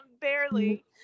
Barely